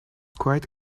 quite